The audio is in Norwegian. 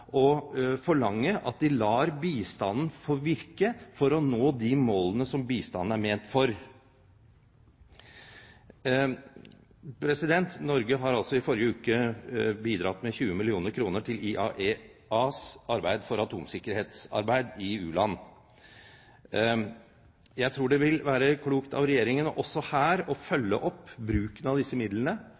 og forlange at de lar bistanden få virke for å nå de målene som bistanden er ment for. Norge bidro altså i forrige uke med 20 mill. kr. til IAEAs arbeid for atomsikkerhetsarbeid i u-land. Jeg tror det vil være klokt av Regjeringen også her å følge opp bruken av disse midlene,